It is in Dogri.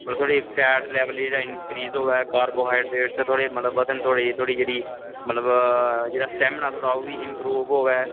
मतलब जेह्ड़ा फैट लेवल जेह्ड़ा इंक्रीज़ होऐ कार्बोहाईड्रेड बधन थोह्ड़ी मतलब स्टेमिना जेह्ड़ा ओह्बी थोह्ड़ा इम्प्रूव होऐ